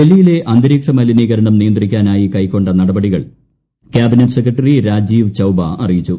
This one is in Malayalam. ഡൽഹിയിലെ അന്തരീക്ഷ മലിനീകരണം നിയന്ത്രിക്കാനായി കൈക്കൊണ്ട നടപടികൾ കാബിനറ്റ് സെക്രട്ടറി രാജീവ് ചൌബ അറിയിച്ചു